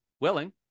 willing